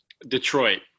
Detroit